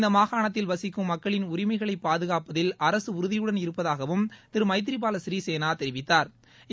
இந்த மாகாணத்தில் வசிக்கும் மக்களின் உரிமைகளை பாதுகாப்பதில் அரசு உறுதியுடன் இருப்பதாகவும் திரு மைத்திரி பாலசிறிசேனா தெரிவித்தாா்